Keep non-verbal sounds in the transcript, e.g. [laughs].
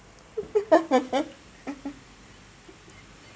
[laughs]